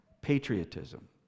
patriotism